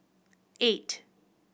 eight